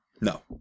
No